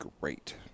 great